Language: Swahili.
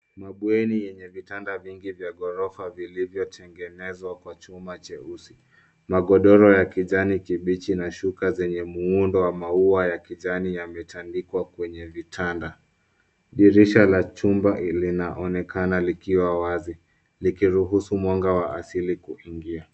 Mabweni yenye vitanda vingi vya ghorofa vilivyotengenezwa kwa chuma cheusi. Magodoro ya kijani kibichi na shuka zenye muundo wa maua ya kijani imetandikwa kwenye vitanda. Dirisha la chumba linaonekana likiwa wazi, likiruhusu mwanga wa asili kuingia.